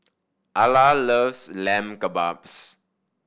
Ala loves Lamb Kebabs